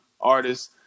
artists